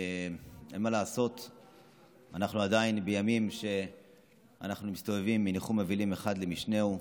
אנחנו עדיין בימים שאנחנו מסתובבים בין ניחום אבלים אחד למשנהו,